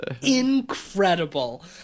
incredible